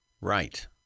right